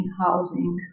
housing